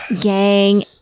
gang